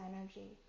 energy